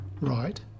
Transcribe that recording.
right